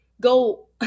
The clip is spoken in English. go